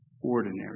ordinary